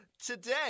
Today